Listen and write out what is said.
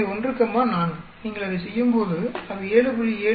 எனவே 1 கமா 4 நீங்கள் அதைச் செய்யும்போது அது 7